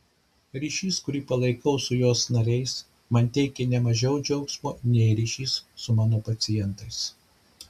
ryšys kurį palaikau su jos nariais man teikia ne mažiau džiaugsmo nei ryšys su mano pacientais